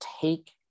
take